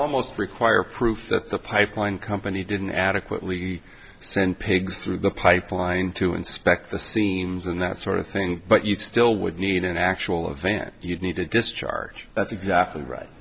almost require proof that the pipeline company didn't adequately send pigs through the pipeline to inspect the seams and that sort of thing but you still would need an actual advance you'd need to discharge that's exactly right